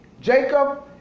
Jacob